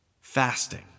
Fasting